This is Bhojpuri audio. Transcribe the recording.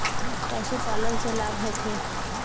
पशु पालन से लाभ होखे?